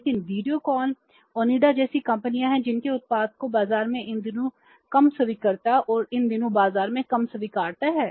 लेकिन वीडियोकॉन जैसी कंपनियां हैं जिनके उत्पादों की बाजार में इन दिनों कम स्वीकार्यता है और इन दिनों बाजार में कम स्वीकार्यता है